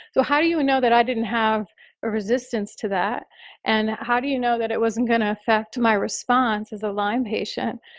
so how do you know that i didn't have a resistance to that and how do you know that it wasn't going to affect my response as a lyme patient